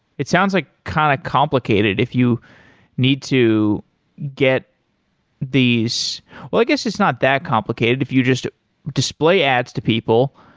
it sounds like kind of complicated. if you need to get these well, i guess it's not that complicated if you just display ads to people,